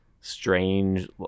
strange